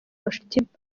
worship